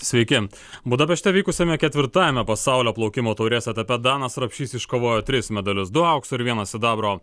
sveiki budapešte vykusiame ketvirtajame pasaulio plaukimo taurės etape danas rapšys iškovojo tris medalius du aukso ir vieną sidabro